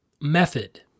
method